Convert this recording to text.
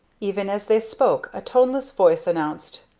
even as they spoke a toneless voice announced,